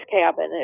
cabin